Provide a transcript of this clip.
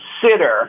consider